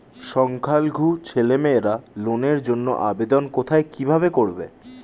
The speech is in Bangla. সংখ্যালঘু ছেলেমেয়েরা লোনের জন্য আবেদন কোথায় কিভাবে করবে?